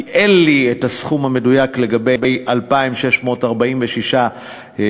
כי אין לי הסכום המדויק לגבי 2,646 אנשים,